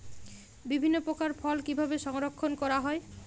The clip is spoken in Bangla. বিভিন্ন প্রকার ফল কিভাবে সংরক্ষণ করা হয়?